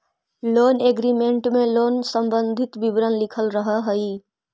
loan agreement में loan से संबंधित विवरण लिखल रहऽ हई